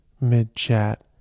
mid-chat